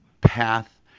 path